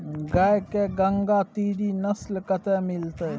गाय के गंगातीरी नस्ल कतय मिलतै?